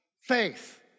Faith